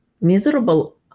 miserable